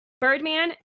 Birdman